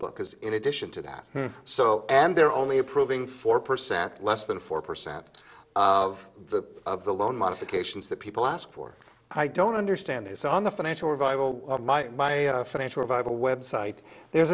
book because in addition to that so and they're only approving four percent less than four percent of the of the loan modifications that people ask for i don't understand it's on the financial revival of my financial revival website there's